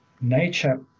nature